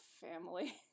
family